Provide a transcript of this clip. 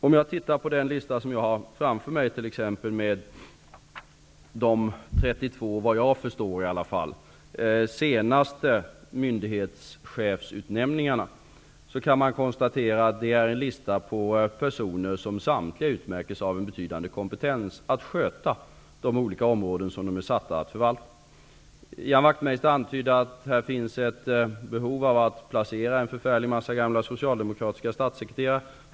Om jag tittar på den lista som jag har framför mig av de 32, vad jag förstår, senaste myndighetschefsutnämningarna kan jag konstatera att det är en lista på personer som samtliga utmärks av en betydande kompetens att sköta de olika områden som de är satta att förvalta. Ian Wachtmeister antydde att det finns ett behov av att placera en förfärlig mängd gamla socialdemokratiska statssekreterare.